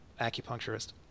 acupuncturist